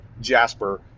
Jasper